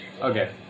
Okay